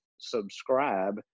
subscribe